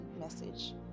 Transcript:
message